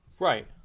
Right